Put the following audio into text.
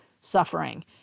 suffering